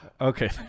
Okay